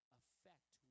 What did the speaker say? affect